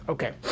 Okay